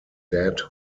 dead